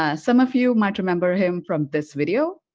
ah some of you might remember him from this video.